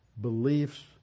beliefs